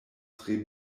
tre